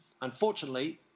Unfortunately